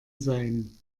sein